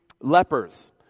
lepers